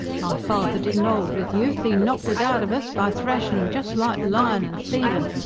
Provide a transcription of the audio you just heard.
my father didn't old with youth e knocked it out of us by thrashin, just like lyin' and thievin'.